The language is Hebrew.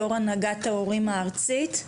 יו"ר הנהגת ההורים הארצית.